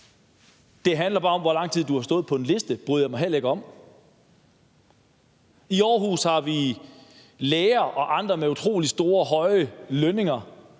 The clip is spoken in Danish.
bare handler om, hvor lang tid du har stået på en liste, bryder jeg mig heller ikke om. I Aarhus har vi læger og andre med utrolig høje lønninger,